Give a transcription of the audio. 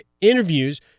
interviews